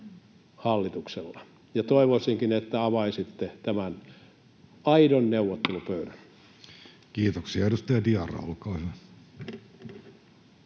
Toivoisinkin, että avaisitte tämän aidon neuvottelupöydän. Kiitoksia. — Edustaja Diarra, olkaa hyvä.